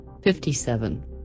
57